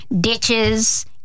ditches